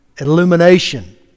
illumination